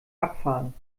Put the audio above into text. abfahren